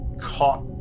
caught